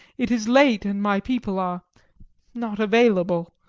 it is late, and my people are not available.